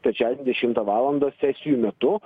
trečiadienį dešimtą valandą sesijų metu